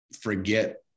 forget